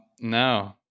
No